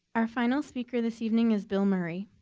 our final speaker this evening is bill murray.